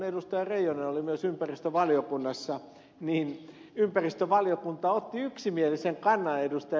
reijonen oli myös ympäristövaliokunnassa ympäristövaliokunta otti yksimielisen kannan ed